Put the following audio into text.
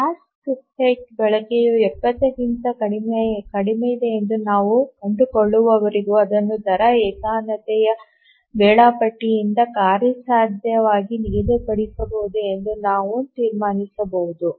task ಸೆಟ್ನ ಬಳಕೆಯು 70 ಕ್ಕಿಂತ ಕಡಿಮೆಯಿದೆ ಎಂದು ನಾವು ಕಂಡುಕೊಳ್ಳುವವರೆಗೂ ಅದನ್ನು ದರ ಏಕತಾನತೆಯ ವೇಳಾಪಟ್ಟಿಯಿಂದ ಕಾರ್ಯಸಾಧ್ಯವಾಗಿ ನಿಗದಿಪಡಿಸಬಹುದು ಎಂದು ನಾವು ತೀರ್ಮಾನಿಸಬಹುದು